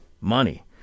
money